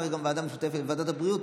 צריך גם ועדה משותפת לוועדת הבריאות,